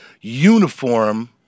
uniform